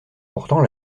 pourtant